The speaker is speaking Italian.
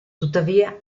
tuttavia